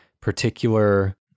particular